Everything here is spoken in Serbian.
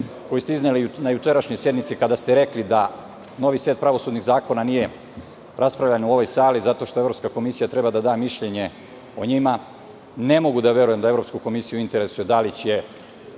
koju ste izneli na jučerašnjoj sednici, kada ste rekli da novi set pravosudnih zakona nije raspravljan u ovoj sali zato što Evropska komisija treba da da mišljenje o njima. Ne mogu da verujem da Evropsku komisiju interesuje da li će